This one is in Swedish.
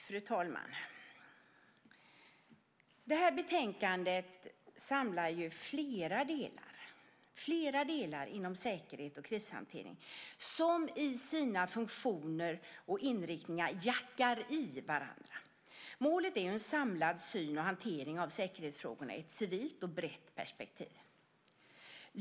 Fru talman! Detta betänkande samlar flera delar inom säkerhet och krishantering som i sina funktioner och inriktningar så att säga jackar i varandra. Målet är en samlad syn på och hantering av säkerhetsfrågorna i ett civilt och brett perspektiv.